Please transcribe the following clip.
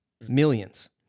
Millions